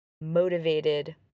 motivated